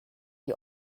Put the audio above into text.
die